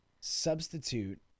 substitute